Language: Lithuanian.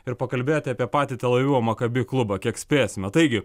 ir pakalbėti apie patį tel avivo maccabi klubą kiek spėsime taigi